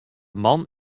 man